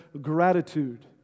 gratitude